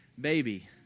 baby